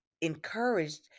encouraged